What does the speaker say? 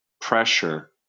Pressure